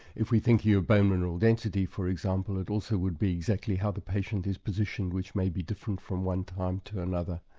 if we're thinking of bone mineral density for example, it also would be exactly how the patient is positioned, which may be different from one time to another.